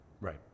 Right